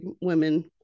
women